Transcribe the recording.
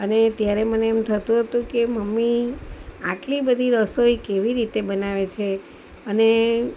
અને ત્યારે મને એમ થતું હતું કે મમ્મી આટલી બધી રસોઈ કેવી રીતે બનાવે છે અને